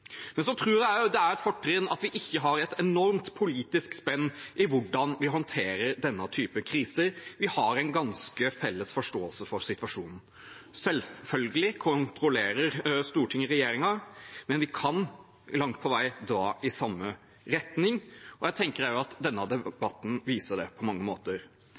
Så tror jeg også det er et fortrinn at vi ikke har et enormt politisk spenn i hvordan vi håndterer denne typen kriser. Vi har en ganske felles forståelse av situasjonen. Selvfølgelig kontrollerer Stortinget regjeringen, men vi kan langt på vei dra i samme retning. Jeg tenker at denne debatten på mange måter viser det.